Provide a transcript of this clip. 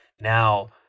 Now